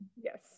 Yes